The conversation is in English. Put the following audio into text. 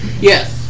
Yes